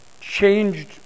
changed